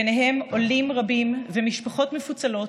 ובהם עולים רבים ומשפחות מפוצלות,